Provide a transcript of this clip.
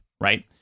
right